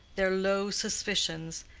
their low suspicions,